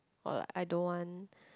or like I don't want